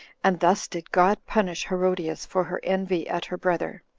and thus did god punish herodias for her envy at her brother,